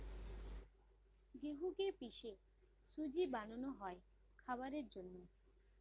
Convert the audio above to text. গেহুকে পিষে সুজি বানানো হয় খাবারের জন্যে